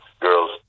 Girls